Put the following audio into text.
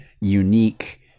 unique